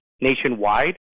nationwide